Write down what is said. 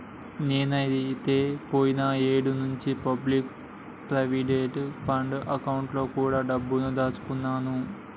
నేనైతే పోయిన ఏడు నుంచే పబ్లిక్ ప్రావిడెంట్ ఫండ్ అకౌంట్ లో కూడా డబ్బుని దాచుకున్నాను